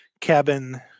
cabin